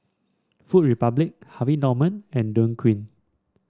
Food Republic Harvey Norman and Dequadin